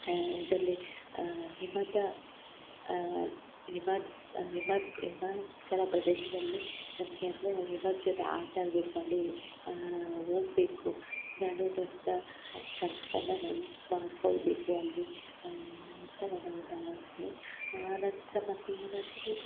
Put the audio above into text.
ಇದರಲ್ಲಿ ಹಿಮದ ಹಿಮ ಹಿಮ ಹಿಮಾಚಲ ಪ್ರದೇಶದಲ್ಲಿ ನನಗೆ ಅಂದರೆ ಹಿಮದ ಜೊತೆ ಆಟ ಆಡಬೇಕು ಅಲ್ಲಿ ಹೋಗ್ಬೇಕು ನಾನು ಕನ್ಸನ್ನು ನನ್ಸು ಮಾಡ್ಕೊಳ್ಳಬೇಕು ಅಲ್ಲಿ ಅಂತ ನನ್ನದೊಂದು ಆಸೆ ಆ ನಂತರ ಮತ್ತು ಏನಂತ್ರಿ